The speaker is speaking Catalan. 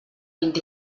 vint